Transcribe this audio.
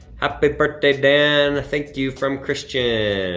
happy birthday, dan, thank you, from christian.